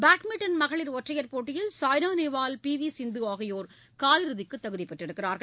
badminton மகளிர் ஒற்றையர் போட்டியில் சாய்னா நேவால் பி வி சிந்து ஆகியோர் காலிறுதிக்கு தகுதி பெற்றுள்ளனர்